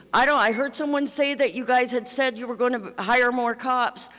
i know i heard someone say that you guys had said you're going to hire more cops,